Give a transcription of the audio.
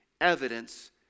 evidence